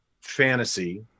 fantasy